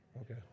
Okay